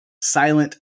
silent